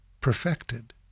perfected